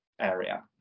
area